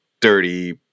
dirty